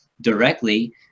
directly